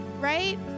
Right